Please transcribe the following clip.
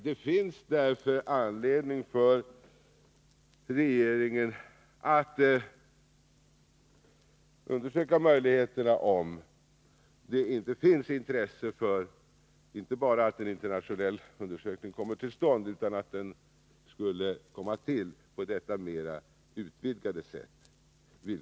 Det finns därför anledning för regeringen att inte bara verka för att den beslutade internationella undersökningen kommer till stånd utan också för att den får en mera utvidgad inriktning.